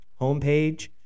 homepage